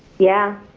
yeah.